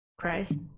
christ